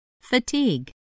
Fatigue